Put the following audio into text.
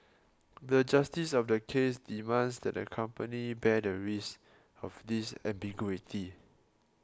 the justice of the case demands that the company bear the risk of this ambiguity